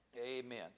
Amen